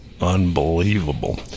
unbelievable